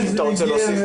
שלום.